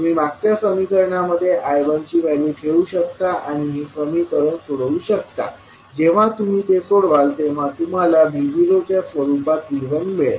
तुम्ही मागच्या समीकरणामध्ये I1ची व्हॅल्यू ठेवू शकता आणि ते समीकरण सोडवू शकता जेव्हा तुम्ही ते सोडवाल तेव्हा तुम्हाला V0च्या स्वरूपातला V1मिळेल